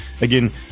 Again